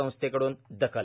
संस्थेकडून दखल